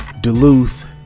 Duluth